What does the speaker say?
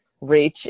reach